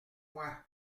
moi